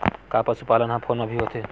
का पशुपालन ह फोन म भी होथे?